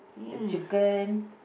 the chicken